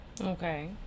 Okay